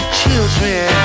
children